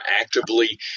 actively